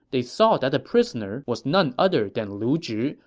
they saw that the prisoner was none other than lu zhi,